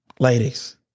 Ladies